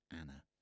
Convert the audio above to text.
anna